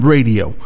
Radio